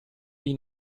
dei